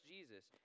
Jesus